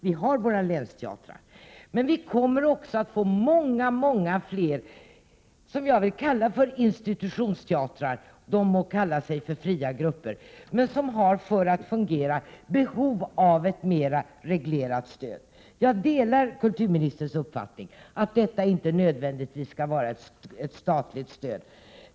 Vi har våra länsteatrar, men vi kommer också att få många fler, vad jag vill kalla institutionsteatrar, de må kalla sig fria grupper, som för att fungera har behov av ett mer reglerat stöd. Jag delar kulturministerns uppfattning att det inte är nödvändigt att det skall vara ett statligt stöd.